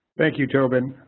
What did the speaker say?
thank you, tobin.